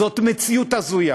זאת מציאות הזויה,